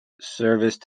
service